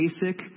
basic